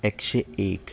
एकशे एक